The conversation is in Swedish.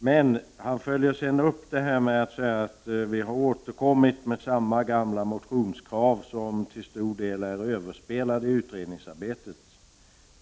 Lars Hedfors följde upp detta med att säga att vi har återkommit med samma gamla motionskrav, som till stor del är överspelade i utredningsarbetet.